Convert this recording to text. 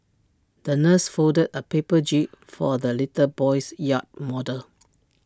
the nurse folded A paper jib for the little boy's yacht model